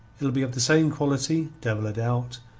it'll be of the same quality, devil a doubt,